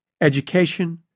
education